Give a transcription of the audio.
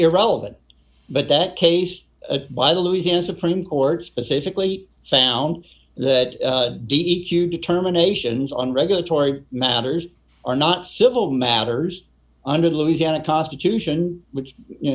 irrelevant but that case by the louisiana supreme court specifically sound that d e q determinations on regulatory matters are not civil matters under the louisiana constitution which you